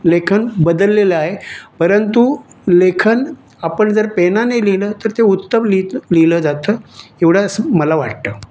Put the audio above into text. लेखन बदललेलं आहे परंतु लेखन आपण जर पेनाने लिहिलं तर ते उत्तम लिही लिहिलं जातं एवढंच मला वाटतं